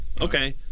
Okay